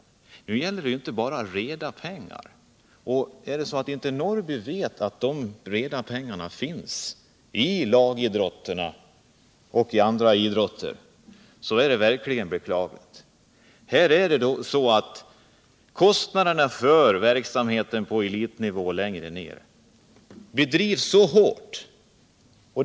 Det gäller ju här inte bara reda pengar —- om Karl Eric Norrby inte känner till att dessa reda pengar finns i lagidrotterna och i andra idrotter, så är det verkligen beklagligt. Kostnaderna för verksamheten på den lägre elitnivån betyder oerhört mycket.